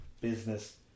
business